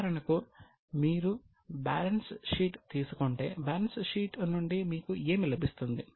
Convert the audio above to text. ఉదాహరణకు మీరు balance sheet తీసుకుంటే బ్యాలెన్స్ షీట్ నుండి మీకు ఏమి లభిస్తుంది